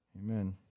Amen